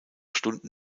stunden